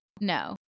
No